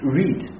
read